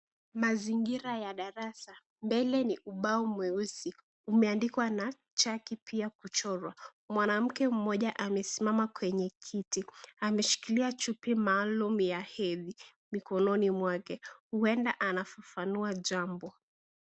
Mazingira ya darasa mbele ni ubao mweusi, umeandikwa na chaki pia kuchora, mwanamke mmoja amesimama kwenye kiti ameahikilia chupi maalum ya hedhi mkononi mwake huenda anafafanua jambo.